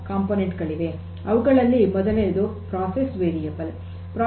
ಅವುಗಳಲ್ಲಿ ಮೊದಲನೆಯದು ಪ್ರಕ್ರಿಯೆ ವೇರಿಯಬಲ್